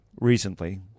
recently